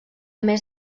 més